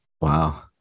Wow